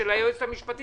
הסיפור של ממשלת מעבר,